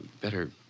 better